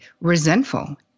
resentful